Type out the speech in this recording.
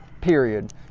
period